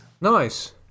Nice